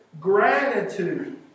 gratitude